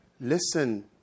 Listen